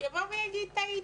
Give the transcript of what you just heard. יבוא ויגיד, טעית.